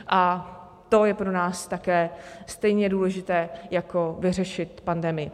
A to je pro nás také stejně důležité jako vyřešit pandemii.